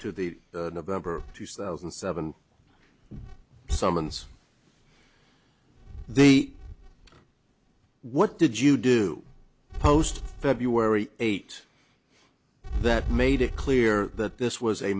to the over two thousand and seven summons they what did you do post february eight that made it clear that this was a